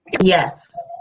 yes